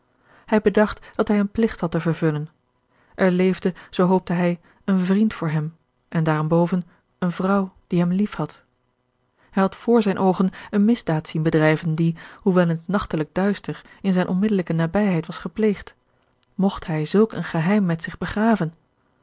hij bedacht dat hij een pligt had te vervullen er leefde zoo hoopte hij een vriend voor hem en daarenboven eene vrouw die hem lief had hij had voor zijne oogen eene misdaad zien bedrijven die hoewel in het nachtelijk duister in zijne onmiddellijke nabijheid was gepleegd mogt hij zulk een geheim met zich begraven